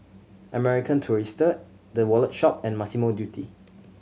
American Tourister The Wallet Shop and Massimo Dutti